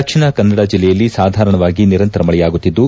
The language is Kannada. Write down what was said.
ದಕ್ಷಿಣ ಕನ್ನಡ ಜಿಲ್ಲೆಯಲ್ಲಿ ಸಾಧಾರಣವಾಗಿ ನಿರಂತರ ಮಳೆಯಾಗುತ್ತಿದ್ದು